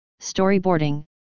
storyboarding